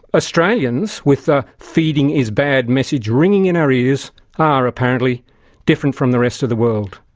australians, with the feeding is bad message ringing in our ears are apparently different from the rest of the world.